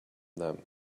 them